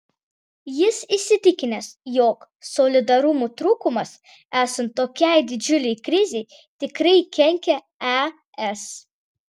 jis įsitikinęs jog solidarumo trūkumas esant tokiai didžiulei krizei tikrai kenkia es